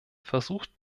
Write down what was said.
versucht